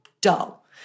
dull